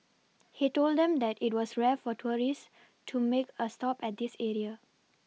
he told them that it was rare for tourists to make a stop at this area